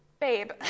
Babe